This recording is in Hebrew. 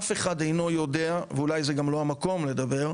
אף אחד אינו יודע, ואולי זה גם אינו המקום לדבר,